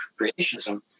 creationism